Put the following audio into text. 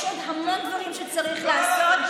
יש עוד המון דברים שצריך לעשות,